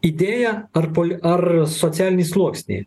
idėją ar poli ar socialinį sluoksnį